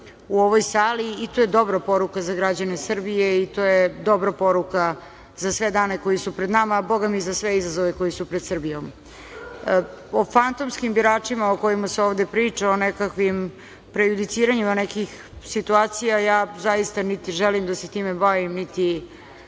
u ovoj sali. To je dobra poruka za građane Srbije i to je dobra poruka za sve dane koji su pred nama, a Boga mi, i za sve izazove koji su pred Srbijom.O fantomskim biračima o kojima se ovde priča, o nekakvim prejudiciranjima nekih situacija, ja niti želim da se time bavim, niti